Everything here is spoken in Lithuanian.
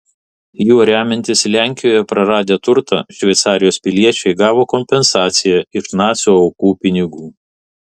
juo remiantis lenkijoje praradę turtą šveicarijos piliečiai gavo kompensaciją iš nacių aukų pinigų